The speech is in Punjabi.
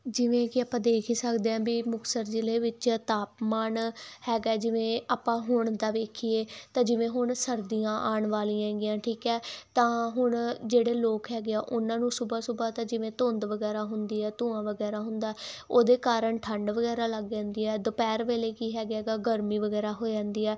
ਜਿਵੇਂ ਕਿ ਆਪਾਂ ਦੇਖ ਹੀ ਸਕਦੇ ਹਾਂ ਵੀ ਮੁਕਤਸਰ ਜ਼ਿਲ੍ਹੇ ਵਿੱਚ ਤਾਪਮਾਨ ਹੈਗਾ ਜਿਵੇਂ ਆਪਾਂ ਹੁਣ ਦਾ ਵੇਖੀਏ ਤਾਂ ਜਿਵੇਂ ਹੁਣ ਸਰਦੀਆਂ ਆਉਣ ਵਾਲੀਆਂ ਹੈਗੀਆਂ ਠੀਕ ਹੈ ਤਾਂ ਹੁਣ ਜਿਹੜੇ ਲੋਕ ਹੈਗੇ ਆ ਉਹਨਾਂ ਨੂੰ ਸੁਬਹਾ ਸੁਬਹਾ ਤਾਂ ਜਿਵੇਂ ਧੁੰਦ ਵਗੈਰਾ ਹੁੰਦੀ ਆ ਧੂੰਆਂ ਵਗੈਰਾ ਹੁੰਦਾ ਉਹਦੇ ਕਾਰਨ ਠੰਡ ਵਗੈਰਾ ਲੱਗ ਜਾਂਦੀ ਆ ਦੁਪਹਿਰ ਵੇਲੇ ਕੀ ਹੈਗਾ ਗਾ ਗਰਮੀ ਵਗੈਰਾ ਹੋ ਜਾਂਦੀ ਹੈ